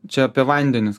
čia apie vandenis